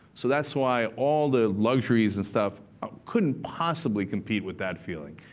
so that's why all the luxuries and stuff couldn't possibly compete with that feeling.